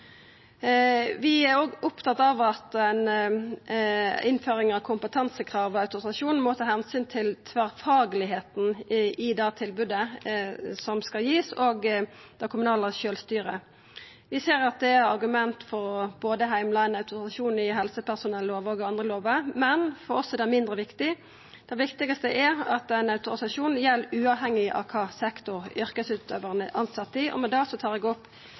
Vi er òg opptatt av at innføring av kompetansekrav og autorisasjon må ta omsyn til det tverrfaglege i det tilbodet som skal givast, og til det kommunale sjølvstyret. Vi ser at det er argument for å heimla ein autorisasjon både i helsepersonellova og i andre lover, men for oss er det mindre viktig. Det viktigaste er at ein autorisasjon gjeld uavhengig av kva sektor yrkesutøvaren er tilsett i. Med det tek eg opp